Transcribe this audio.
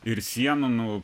ir sienų nu